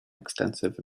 extensive